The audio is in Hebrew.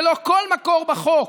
ללא כל מקור בחוק,